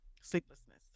sleeplessness